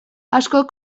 askok